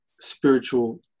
spiritual